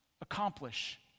accomplish